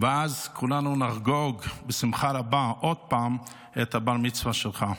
-- ואז כולנו נחגוג בשמחה רבה עוד פעם את בר-המצווה שלך.